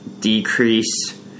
decrease